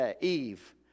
Eve